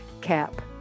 cap